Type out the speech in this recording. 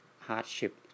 hardship